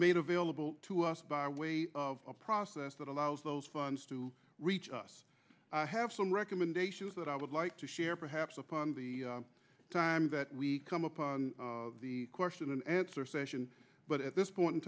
made available to us by way of process that allows those funds to reach us have some recommendations that i would like to share perhaps upon the time that we come up a question and answer session but at this point in